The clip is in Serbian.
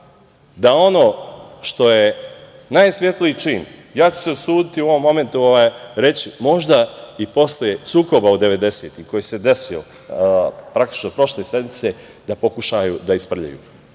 da ono što je najsvetliji čin, ja ću se osuditi u ovom momentu reći, možda i posle sukoba od devedesetih koji se desio, praktično prošle sedmice, da pokušaju da isprljaju. Ne